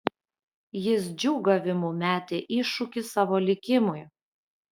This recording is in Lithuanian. jis džiūgavimu metė iššūkį savo likimui